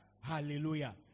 Hallelujah